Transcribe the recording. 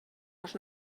els